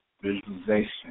visualization